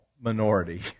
minority